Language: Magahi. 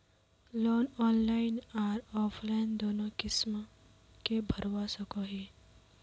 लोन ऑनलाइन आर ऑफलाइन दोनों किसम के भरवा सकोहो ही?